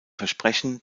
versprechen